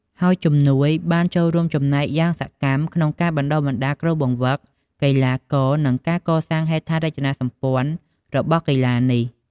ហើយជំនួយ បានចូលរួមចំណែកយ៉ាងសកម្មក្នុងការបណ្តុះបណ្តាលគ្រូបង្វឹក កីឡាករ និងការកសាងហេដ្ឋារចនាសម្ព័ន្ធរបស់កីឡានេះ។